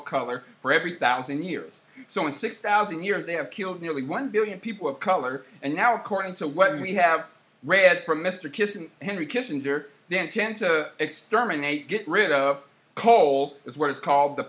every thousand years or so in six thousand years they have killed nearly one billion people of color and now according to what we have read from mr kissinger henry kissinger then tend to exterminate get rid of coal is what is called the